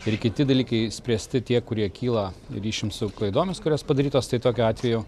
ir kiti dalykai išspręsti tie kurie kyla ryšium su klaidomis kurios padarytos tai tokiu atveju